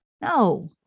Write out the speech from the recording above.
No